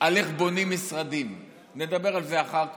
על איך בונים משרדים, נדבר על זה אחר כך.